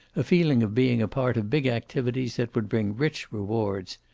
a feeling of being a part of big activities that would bring rich rewards.